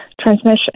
transmission